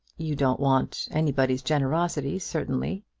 you don't want anybody's generosity, certainly.